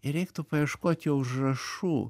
ir reiktų paieškot jo užrašų